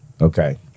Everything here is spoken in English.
Okay